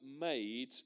made